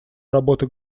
работы